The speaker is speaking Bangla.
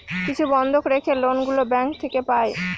কিছু বন্ধক রেখে লোন গুলো ব্যাঙ্ক থেকে পাই